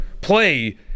play